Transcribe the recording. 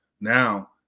now